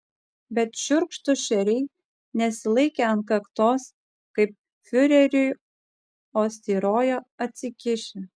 bet šiurkštūs šeriai nesilaikė ant kaktos kaip fiureriui o styrojo atsikišę